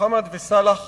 מוחמד וסלאח